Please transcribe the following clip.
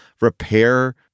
repair